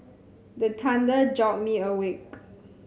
the thunder jolt me awake